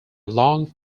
long